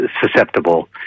susceptible